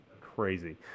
crazy